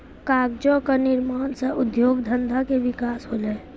कागजो क निर्माण सँ उद्योग धंधा के विकास होलय